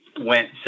went